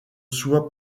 soit